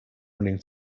running